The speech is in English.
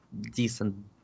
decent